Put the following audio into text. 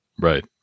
Right